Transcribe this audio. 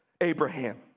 Abraham